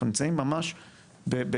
אנחנו נמצאים ממש במשבר,